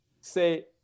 say